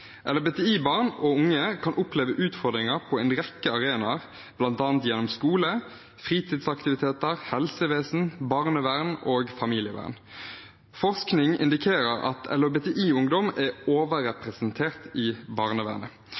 og unge kan oppleve utfordringer på en rekke arenaer, bl.a. gjennom skole, fritidsaktiviteter, helsevesen, barnevern og familievern. Forskning indikerer at LHBTI-ungdom er overrepresentert i barnevernet.